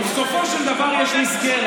ובסופו של דבר יש מסגרת,